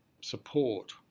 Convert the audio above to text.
support